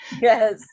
Yes